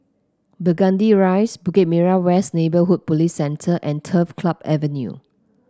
Burgundy Rise Bukit Merah West Neighbourhood Police Centre and Turf Club Avenue